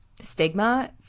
stigma